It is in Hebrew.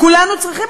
כולנו צריכים,